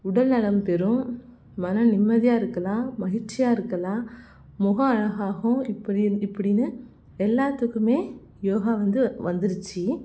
உடல் நலம் பெறும் மனம் நிம்மதியாக இருக்கலாம் மகிழ்ச்சியா இருக்கலாம் முகம் அழகாகும் இப்படி இப்படின்னு எல்லாத்துக்கும் யோகா வந்து வந்துடுச்சு